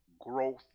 growth